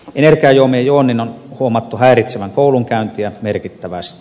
energiajuomien juonnin on huomattu häiritsevän koulunkäyntiä merkittävästi